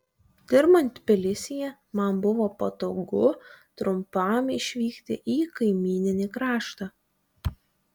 dirbant tbilisyje man buvo patogu trumpam išvykti į kaimyninį kraštą